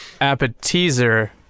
appetizer